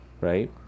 right